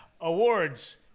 Awards